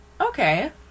okay